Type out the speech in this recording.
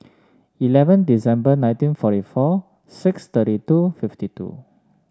eleven December nineteen forty four six thirty two fifty two